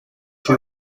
two